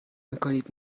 میکنید